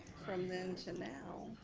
from then to now.